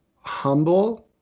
humble